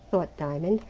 thought diamond.